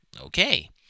okay